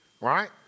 Right